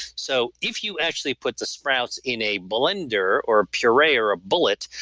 so if you actually put the sprouts in a blender or a puree or a bullet,